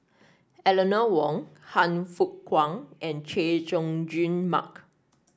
Eleanor Wong Han Fook Kwang and Chay Jung Jun Mark